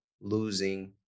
losing